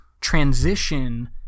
transition